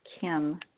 Kim